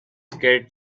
get